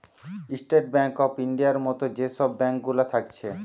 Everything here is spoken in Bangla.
স্টেট বেঙ্ক অফ ইন্ডিয়ার মত যে সব ব্যাঙ্ক গুলা থাকছে